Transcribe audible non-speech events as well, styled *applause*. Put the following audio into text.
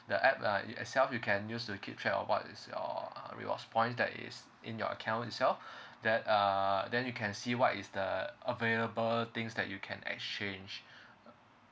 the app uh i~ itself you can use to keep track of what is your uh rewards point that is in your account itself *breath* then uh then you can see what is the available things that you can exchange *breath*